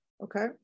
okay